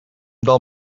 del